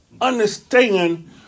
understand